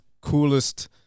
coolest